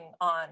on